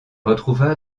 retrouvera